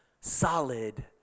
solid